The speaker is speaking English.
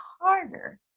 harder